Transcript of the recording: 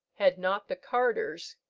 had not the carters,